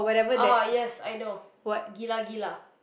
oh yes I know Gila Gila